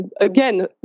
again